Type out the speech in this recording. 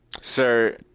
Sir